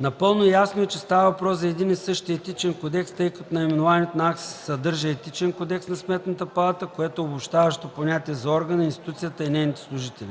Напълно е ясно, че става дума за един и същи Етичен кодекс, тъй като в наименованието на акта се съдържа Етичен кодекс на Сметната палата, което е обобщаващо понятие за органа, институцията и нейните служители.